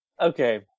okay